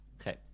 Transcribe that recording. Okay